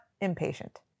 impatient